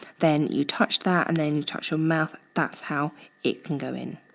then you touched that, and then you touched your mouth that's how it can go in.